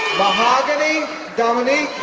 mahogany dominique